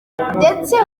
ndetse